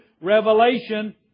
revelation